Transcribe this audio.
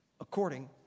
according